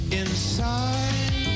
inside